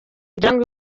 ugirango